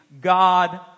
God